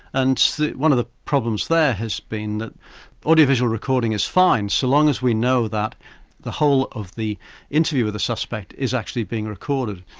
and one of the problems there has been that audio-visual recording is fine, so long as we know that the whole of the interview with the suspect is actually being recorded.